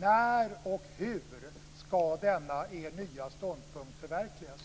när och hur denna er nya ståndpunkt ska förverkligas?